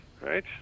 right